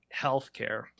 healthcare